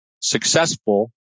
successful